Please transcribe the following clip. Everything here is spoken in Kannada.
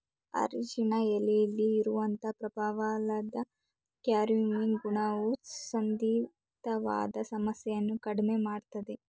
ಅರಿಶಿನ ಎಲೆಲಿ ಇರುವಂತ ಪ್ರಬಲವಾದ ಕರ್ಕ್ಯೂಮಿನ್ ಗುಣವು ಸಂಧಿವಾತ ಸಮಸ್ಯೆಯನ್ನ ಕಡ್ಮೆ ಮಾಡ್ತದೆ